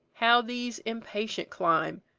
how these impatient climb,